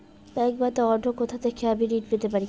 Bank বাদে অন্য কোথা থেকে আমি ঋন পেতে পারি?